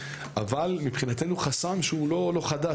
אבל מבחינתנו חסם שהוא לא חדש,